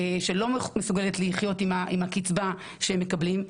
שלא מסוגלת לחיות עם הקצבה שהם מקבלים.